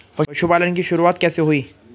पशुपालन की शुरुआत कैसे हुई?